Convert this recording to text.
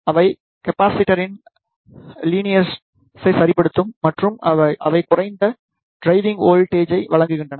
அவை கெப்பாஸிட்டரின் லீனியர்ரை சரிப்படுத்தும் மற்றும் அவை குறைந்த டிரைவிங் வோல்ட்டேஜை வழங்குகின்றன